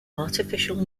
artificial